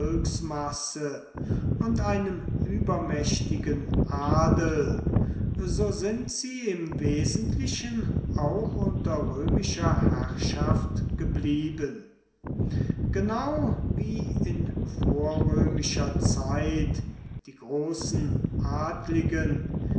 volksmasse und einem übermächtigen adel so sind sie im wesentlichen auch unter römischer herrschaft geblieben genau wie in vorrömischer zeit die großen adligen